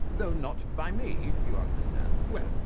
though not by me, you understand. well,